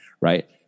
Right